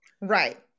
Right